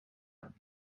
aan